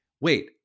wait